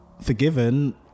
Forgiven